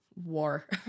War